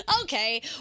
Okay